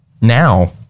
now